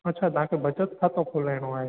अच्छा तव्हांखे बचत खातो खोलाइणो आहे